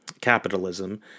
capitalism